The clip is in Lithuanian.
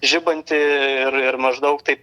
žibanti ir ir maždaug taip